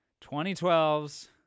2012's